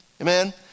amen